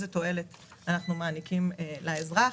איזה תועלת אנחנו מעניקים לאזרח.